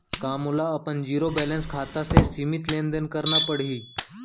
का मोला अपन जीरो बैलेंस खाता से सीमित लेनदेन करना पड़हि?